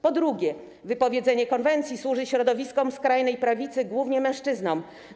Po drugie, wypowiedzenie konwencji służy środowiskom skrajnej prawicy, głównie mężczyznom.